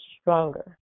stronger